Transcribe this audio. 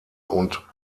und